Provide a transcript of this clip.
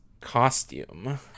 costume